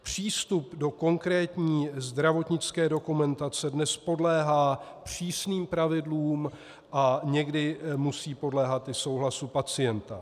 Přístup do konkrétní zdravotnické dokumentace dnes podléhá přísným pravidlům a někdy musí podléhat i souhlasu pacienta.